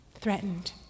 threatened